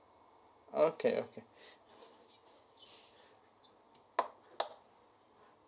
okay okay